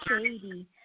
shady